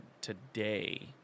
today